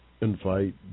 invite